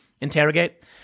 Interrogate